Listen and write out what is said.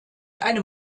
einem